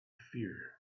fear